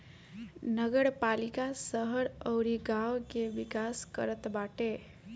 नगरपालिका शहर अउरी गांव के विकास करत बाटे